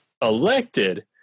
elected